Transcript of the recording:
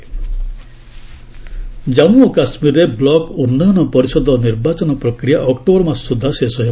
JK election Jammu ଓ କାଶ୍ମୀରରେ block ଉନ୍ନୟନ ପରିଷଦ ନିର୍ବାଚନ ପ୍ରକ୍ରିୟା ଅକ୍ଟୋବର ମାସ ସୁଦ୍ଧା ଶେଷ ହେବ